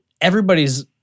everybody's